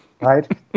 Right